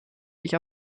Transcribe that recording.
sich